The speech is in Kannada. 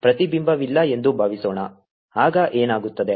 ಪ್ರತಿಬಿಂಬವಿಲ್ಲ ಎಂದು ಭಾವಿಸೋಣ ಆಗ ಏನಾಗುತ್ತದೆ